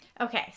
Okay